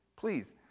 Please